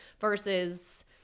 versus